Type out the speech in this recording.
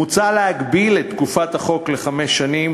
מוצע להגביל את תקופת החוק לחמש שנים,